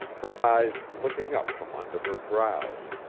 her eyes looking up from under her brows,